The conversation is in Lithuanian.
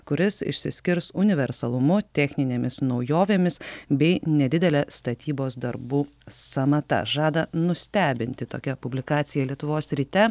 kuris išsiskirs universalumu techninėmis naujovėmis bei nedidele statybos darbų sąmata žada nustebinti tokia publikacija lietuvos ryte